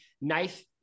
Knife-